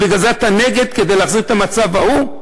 בגלל זה אתה נגד, כדי להחזיר את המצב ההוא?